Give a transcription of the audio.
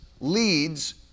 leads